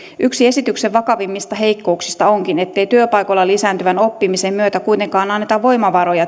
yksi esityksen vakavimmista heikkouksista onkin ettei työpaikoilla lisääntyvän oppimisen myötä kuitenkaan anneta voimavaroja